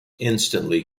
instantly